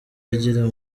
agira